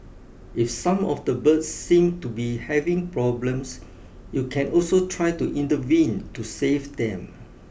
if some of the birds seem to be having problems you can also try to intervene to save them